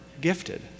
gifted